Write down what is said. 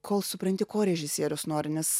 kol supranti ko režisierius nori nes